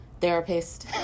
therapist